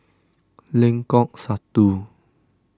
Lengkok Satu